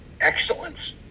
Excellence